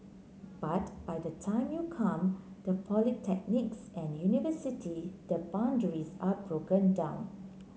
but by the time you come to polytechnics and university the boundaries are broken down